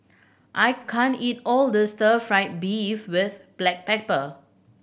I can't eat all this Stir Fry beef with black pepper